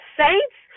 saints